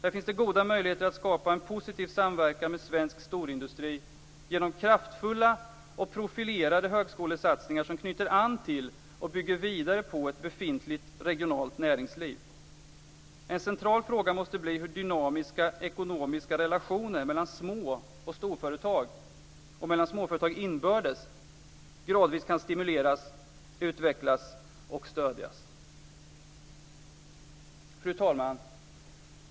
Här finns goda möjligheter att skapa en positiv samverkan med svensk storindustri genom kraftfulla och profilerade högskolesatsningar som knyter an till och bygger vidare på ett befintligt regionalt näringsliv. En central fråga måste bli hur dynamiska ekonomiska relationer mellan små och storföretag och mellan småföretag inbördes gradvis kan stimuleras, utvecklas och stödjas. Fru talman!